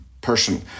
person